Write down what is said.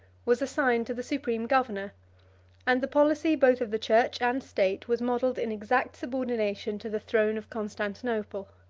was assigned to the supreme governor and the policy both of the church and state was modelled in exact subordination to the throne of constantinople.